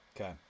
Okay